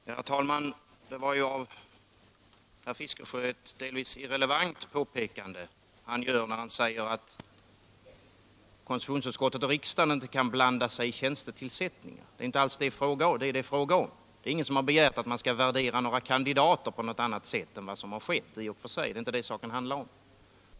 Herr talman! Det är ett delvis relevant påpekande som herr Fiskesjö gör när han säger att konstitutionsutskottet och riksdagen inte kan blanda sig i tjänstetillsättningar. Men det är ingen som har begärt att utskottet skall värdera några kandidater på något annat sätt än vad som har skett. Det är inte det saken handlar om.